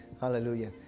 Hallelujah